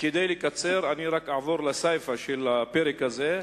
כדי לקצר, אעבור לסיפא של הפרק הזה,